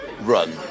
Run